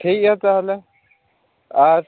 ᱴᱷᱤᱠ ᱜᱮᱭᱟ ᱛᱟᱦᱚᱞᱮ ᱟᱨ